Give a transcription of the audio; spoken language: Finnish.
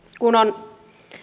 kun on